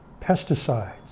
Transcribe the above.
pesticides